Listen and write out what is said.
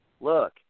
look